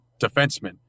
defenseman